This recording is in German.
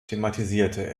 thematisierte